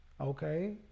Okay